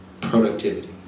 productivity